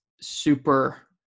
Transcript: super